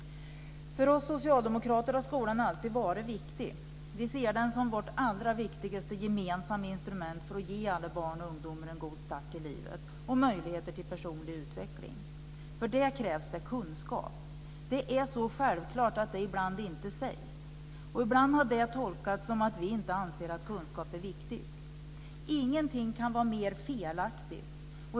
För oss socialdemokrater har skolan alltid varit viktig. Vi ser den som vårt allra viktigaste gemensamma instrument för att ge alla barn och ungdomar en god start i livet och möjligheter till personlig utveckling. För det krävs kunskap. Det är så självklart att det ibland inte sägs. Ibland har det tolkats som att vi inte anser att kunskap är viktig. Ingenting kan vara mer felaktigt.